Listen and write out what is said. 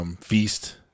feast